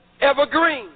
evergreen